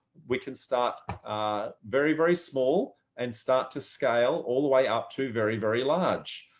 we can start ah very, very small and start to scale all the way up to very, very large.